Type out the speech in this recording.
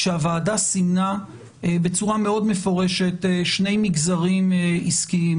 כשהוועדה סימנה בצורה מאוד מפורשת שני מגזרים עסקיים,